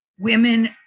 Women